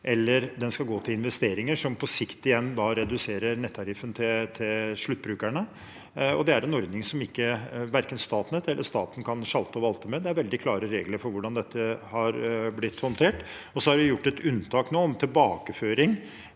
til investeringer som på sikt igjen reduserer nettariffen til sluttbrukerne. Det er en ordning som verken Statnett eller staten kan skalte og valte med – det er veldig klare regler for hvordan dette har blitt håndtert. Vi har gjort et unntak nå om tilbakeføring